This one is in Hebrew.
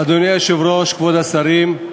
אדוני היושב-ראש, כבוד השרים,